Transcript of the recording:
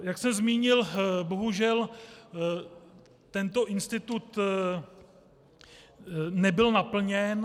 Jak jsem zmínil, bohužel tento institut nebyl naplněn.